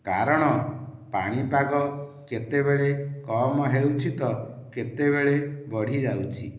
କାରଣ ପାଣିପାଗ କେତେବେଳେ କମ ହେଉଛି ତ କେତେବେଳେ ବଢ଼ି ଯାଉଛି